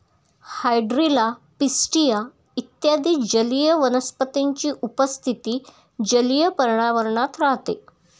hydrilla, pistia इत्यादी जलीय वनस्पतींची उपस्थिती जलीय पर्यावरणात राहते